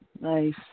Nice